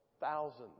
thousands